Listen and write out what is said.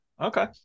Okay